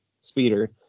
speeder